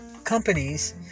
companies